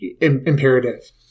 imperative